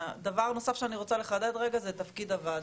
דבר נוסף שאני רוצה לחדד רגע הוא תפקיד הוועדה.